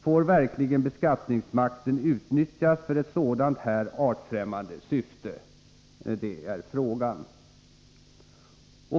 Får verkligen beskattningsmakten utnyttjas för ett sådant här artfrämmande syfte? Det är frågan.